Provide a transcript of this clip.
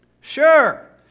sure